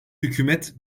hükümet